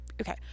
okay